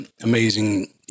amazing